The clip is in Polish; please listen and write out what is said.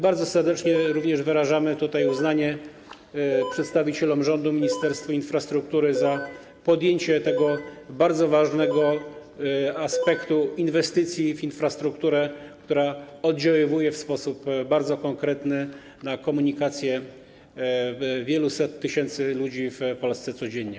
Bardzo serdecznie wyrażamy również tutaj uznanie przedstawicielom rządu, Ministerstwu Infrastruktury za podjęcie tego bardzo ważnego aspektu inwestycji w infrastrukturę, która oddziałuje w sposób bardzo konkretny na komunikację wieluset tysięcy ludzi w Polsce codziennie.